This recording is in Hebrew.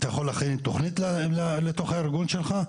אתה יכול להכין תכנית לארגון שלך,